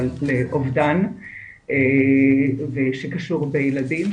אבל לאובדן שקשור בילדים,